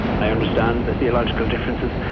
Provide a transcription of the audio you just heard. i understand the theological differences,